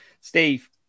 Steve